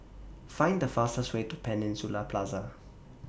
Find The fastest Way to Peninsula Plaza